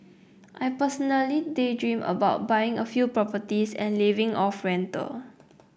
I personally daydream about buying a few properties and living off rental